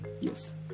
yes